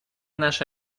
наше